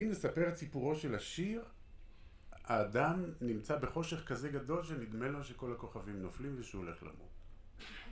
אם נספר סיפורו של השיר האדם נמצא בחושך כזה גדול שנדמה לו שכל הכוכבים נופלים ושהוא הולך למות